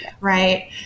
right